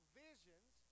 visions